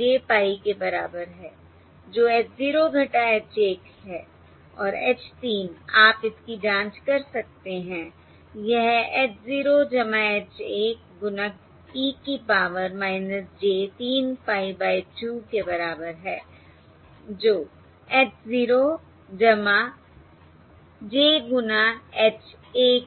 j pie के बराबर है जो h 0 h 1 है और H 3 आप इसकी जांच कर सकते हैं यह h 0 h 1 गुना e की पावर j 3 pie बाय 2 के बराबर है जो h 0 j गुना h 1 है